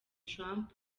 trump